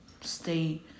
stay